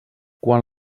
quan